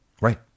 right